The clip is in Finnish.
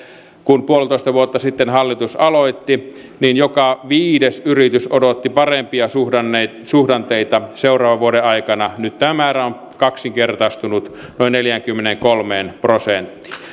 kun puolitoista vuotta sitten hallitus aloitti niin joka viides yritys odotti parempia suhdanteita suhdanteita seuraavan vuoden aikana nyt tämä määrä on kaksinkertaistunut noin neljäänkymmeneenkolmeen prosenttiin